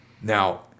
Now